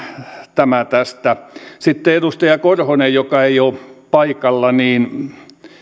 tämä tästä sitten edustaja korhonen joka ei ole paikalla